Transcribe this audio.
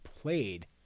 played